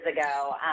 ago